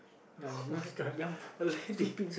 oh-my-god already